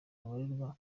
babarirwa